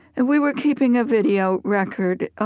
and we were keeping a video record.